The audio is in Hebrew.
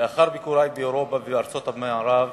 לאחר ביקורי באירופה ובארצות המערב